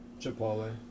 Chipotle